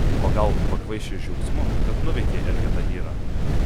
o gal pakvaišęs džiaugsmu kad nuveikei elgetą irą